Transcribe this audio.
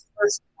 first